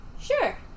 Sure